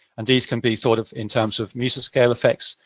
and these can be thought of in terms of mesoscale effects,